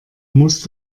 musst